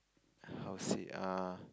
how to say uh